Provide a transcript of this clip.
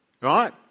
Right